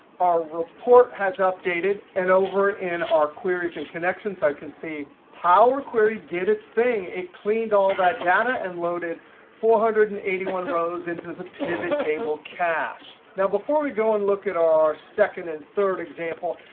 our report has updated. and over in our queries and connections, i can see power query did its thing. it cleaned all that data and loaded four hundred and eighty one rows into the pivot table cache. now before we go and look at our second and third example,